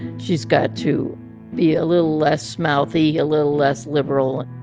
she's got to be a little less mouthy, a little less liberal.